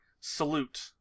salute